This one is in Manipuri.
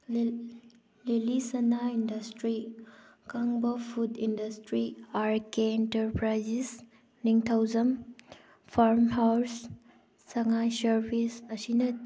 ꯂꯤꯂꯤ ꯁꯅꯥ ꯏꯟꯗꯁꯇ꯭ꯔꯤ ꯀꯪꯕ food industry R K enterprises Ningthoujam farm house ꯁꯉꯥꯏ ꯁꯥꯔꯚꯤꯁ ꯑꯁꯤꯅ